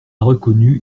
reconnu